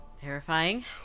Terrifying